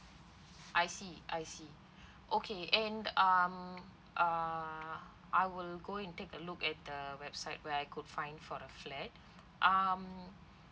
I see I see okay and um uh I will go and take a look at the website where I could find for the flat um